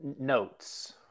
notes